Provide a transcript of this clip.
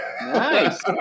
Nice